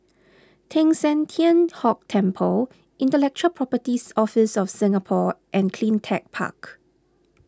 Teng San Tian Hock Temple Intellectual Properties Office of Singapore and CleanTech Park